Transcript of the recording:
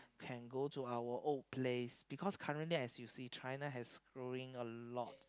can go to our old place because currently as you see China has growing a lot